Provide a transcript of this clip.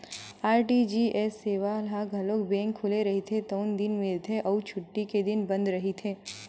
RTGS सेवा ह घलो बेंक खुले रहिथे तउने दिन मिलथे अउ छुट्टी के दिन बंद रहिथे